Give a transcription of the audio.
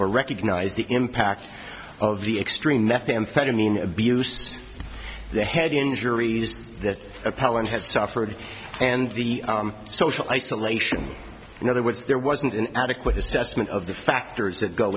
or recognize the impact of the extreme methamphetamine abuse the head injuries that appellant had suffered and the social isolation in other words there wasn't an adequate assessment of the factors that go